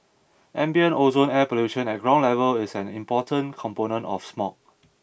ambient ozone air pollution at ground level is an important component of smog